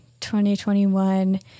2021